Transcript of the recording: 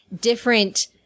different